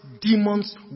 demons